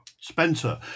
Spencer